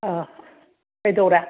ꯑꯥ ꯀꯩꯗꯧꯔꯦ